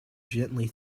gently